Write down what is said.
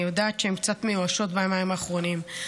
אני יודעת שהן קצת מיואשות ביומיים האחרונים,